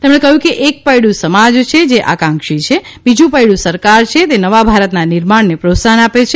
તેમણે કહ્યુ કે એક પૈડુ સમાજ છે જે આકાંક્ષી છે બીજુ પૈડુ સરકાર છે તે નવા ભારતના નિર્માણને પ્રાત્સાહન આપે છે